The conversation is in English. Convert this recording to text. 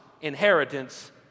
inheritance